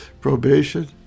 probation